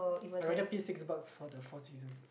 I rather pay six bucks for the four season